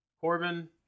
Corbin